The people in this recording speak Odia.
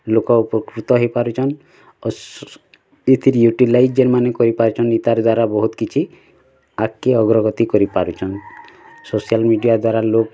ଲୋକ୍ ଉପକୃତ ହେଇ ପାରୁଛନ୍ ଆଉ ଏଥିର୍ ୟୁଟିଲାଇଜ୍ ଯେନ୍ ମାନେ କରି ପାରୁଛନ୍ ତାର୍ ଦ୍ଵାରା ବହୁତ କିଛି ଆଗକେ ଅଗ୍ରଗତି କରି ପାରୁଛନ୍ ସୋସିଆଲ୍ ମିଡ଼ିଆ ଦ୍ଵାରା ଲୋକ୍